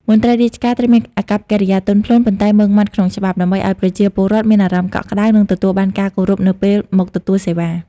មន្ត្រីរាជការត្រូវមានអាកប្បកិរិយាទន់ភ្លន់ ប៉ុន្តែម៉ឺងម៉ាត់ក្នុងច្បាប់ ដើម្បីឱ្យប្រជាពលរដ្ឋមានអារម្មណ៍កក់ក្តៅ និងទទួលបានការគោរពនៅពេលមកទទួលសេវា។